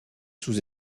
sous